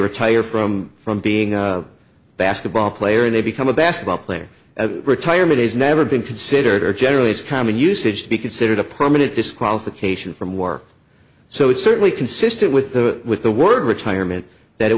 retire from from being a basketball player and they become a basketball player retirement has never been considered or generally it's common usage to be considered a permanent disqualification from war so it certainly consistent with the with the word retirement that it